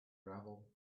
gravel